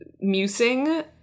musing